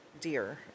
deer